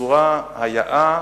בצורה היאה,